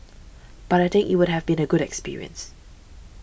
but I think it would have been a good experience